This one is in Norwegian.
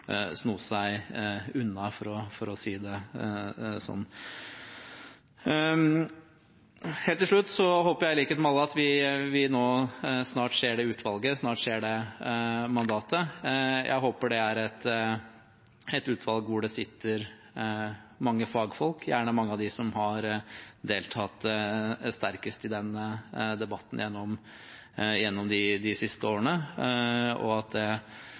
sno seg unna, for å si det slik. Helt til slutt: Jeg håper – i likhet med alle andre – at vi snart ser det utvalget, snart ser det mandatet. Jeg håper det er et utvalg hvor det sitter mange fagfolk, gjerne mange av dem som har deltatt sterkest i denne debatten gjennom de siste årene, og at det